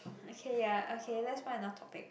okay ya okay let's find another topic